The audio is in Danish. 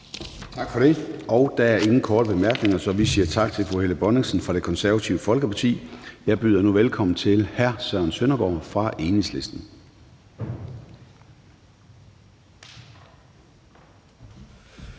Tak for det. Der er ingen korte bemærkninger, så vi siger tak til fru Helle Bonnesen fra Det Konservative Folkeparti. Jeg byder nu velkommen til hr. Søren Søndergaard fra Enhedslisten.